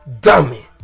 dummy